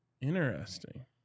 Interesting